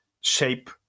shape